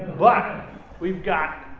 but we've got